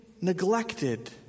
neglected